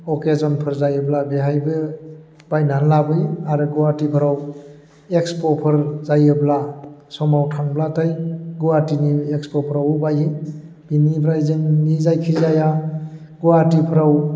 अकेजनफोर जायोब्ला बेहायबो बायनानै लाबोयो आरो गुवाहाटिफोराव एक्सप'फोर जायोब्ला समाव थांब्लाथाय गुवाहाटिनि एक्सप'फ्राव बायो बिनिफ्राय जोंनि जायखिजाया गुवाहाटिफ्राव